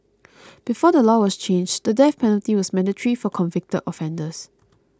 before the law was changed the death penalty was mandatory for convicted offenders